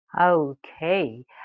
Okay